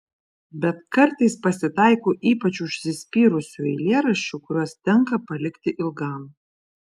bet kartais pasitaiko ypač užsispyrusių eilėraščių kuriuos tenka palikti ilgam